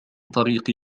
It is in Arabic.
طريقي